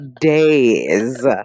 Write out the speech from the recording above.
days